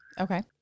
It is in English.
Okay